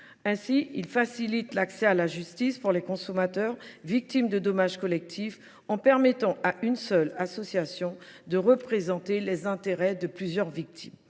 collective, facilitant l’accès à la justice pour les consommateurs victimes de dommages collectifs en permettant à une seule association de représenter les intérêts de plusieurs victimes.